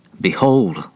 Behold